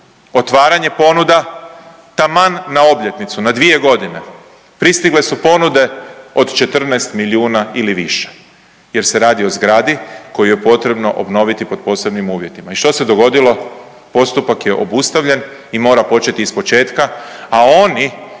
otvaranje ponuda taman na obljetnicu na dvije godine, pristigle su ponude od 14 milijuna ili više jer se radi o zgradi koju je potrebno obnoviti pod posebnim uvjetima. I što se dogodilo? Postupak je obustavljen i mora početi iz početka, a oni